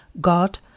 God